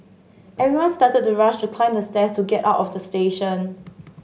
everyone started to rush to climb the stairs to get out of the station